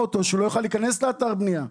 שהוא לא יוכל להיכנס לאתר בנייה.